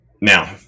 Now